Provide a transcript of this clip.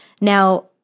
Now